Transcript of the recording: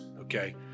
okay